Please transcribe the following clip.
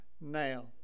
now